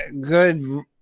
good